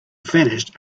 vanished